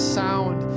sound